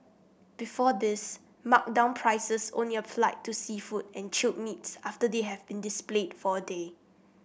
before this marked down prices only applied to seafood and chilled meats after they have been displayed for a day